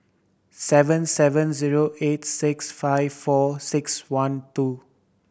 seven seven zero eight six five four six one two